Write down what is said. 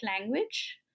language